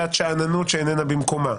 תחושת שאננות שאיננה במקומה.